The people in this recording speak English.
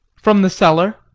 from the cellar.